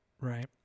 right